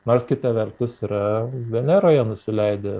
nors kita vertus yra veneroje nusileidę